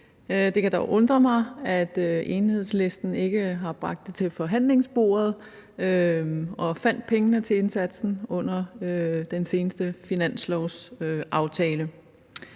Det kan dog undre mig, at Enhedslisten ikke har bragt det til forhandlingsbordet og fundet pengene til indsatsen under den seneste finanslovsaftale.